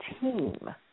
team